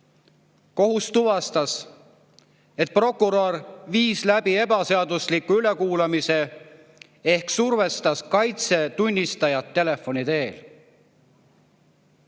Kohus tuvastas, et prokurör viis läbi ebaseadusliku ülekuulamise ehk survestas kaitse tunnistajat telefoni teel.